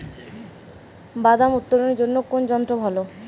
বাদাম উত্তোলনের জন্য কোন যন্ত্র ভালো?